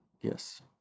Yes